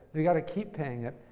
they've got to keep paying it.